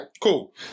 Cool